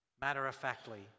matter-of-factly